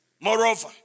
Moreover